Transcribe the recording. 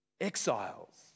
exiles